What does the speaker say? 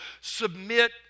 submit